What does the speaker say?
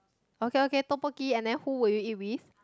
okay okay tteokbokki and then who would you eat with